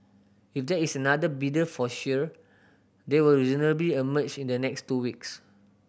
if there is another bidder for Shire they will reasonably emerge in the next two weeks